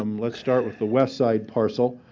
um let's start with the west side parcel.